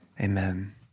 Amen